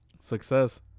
Success